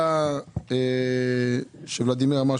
ב-2021 היה שכר דירה.